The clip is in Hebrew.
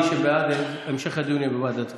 מי שבעד, המשך הדיון יהיה בוועדת הכספים.